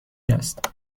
است